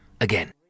again